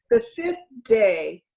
ah fifth day